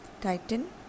tighten